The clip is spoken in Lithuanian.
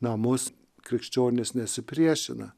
namus krikščionys nesipriešina